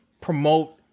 promote